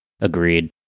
agreed